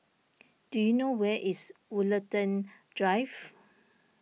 do you know where is Woollerton Drive